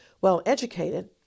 well-educated